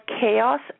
chaos